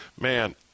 man